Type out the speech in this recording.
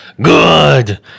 Good